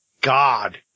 God